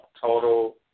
total